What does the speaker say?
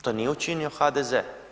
To nije učinio HDZ.